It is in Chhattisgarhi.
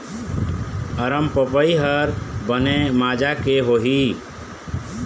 अरमपपई हर बने माजा के होही?